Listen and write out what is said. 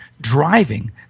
driving